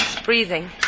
breathing